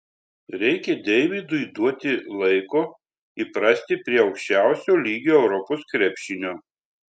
reikia deividui duoti laiko įprasti prie aukščiausio lygio europos krepšinio